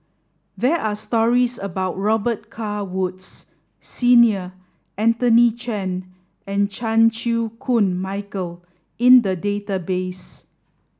there are stories about Robet Carr Woods Senior Anthony Chen and Chan Chew Koon Michael in the database